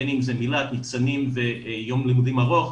בין אם זה --- ניצנים ויום לימודים ארוך,